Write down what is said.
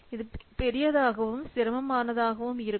இது பெரியதாகவும் சிரமமாகவும் இருக்கும்